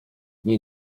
nie